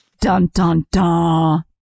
Dun-dun-dun